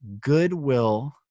goodwill